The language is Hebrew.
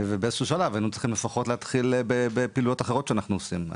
באיזשהו שלב היינו צריכים לפחות להתחיל בפעילויות אחרות שאנחנו עושים.